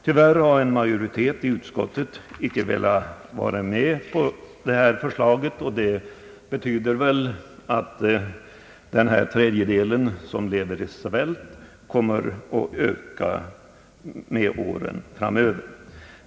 Tyvärr har en majoritet i utskottet icke velat vara med på vårt förslag, och det betyder väl att den tredjedel som lever i svält kommer att öka framöver.